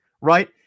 right